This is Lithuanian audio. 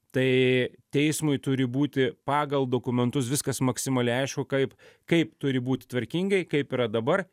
tai teismui turi būti pagal dokumentus viskas maksimaliai aišku kaip kaip turi būti tvarkingai kaip yra dabar